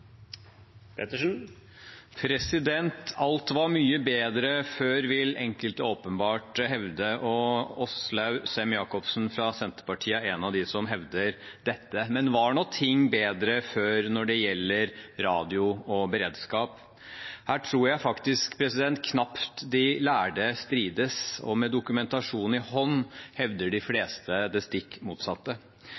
en av dem som hevder dette. Men var ting bedre før når det gjelder radio og beredskap? Her tror jeg faktisk knapt de lærde strides. Med dokumentasjon i hånd hevder de